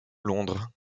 londres